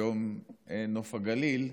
היום נוף הגליל,